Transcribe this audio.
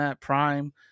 Prime